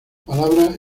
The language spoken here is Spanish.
palabra